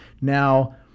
Now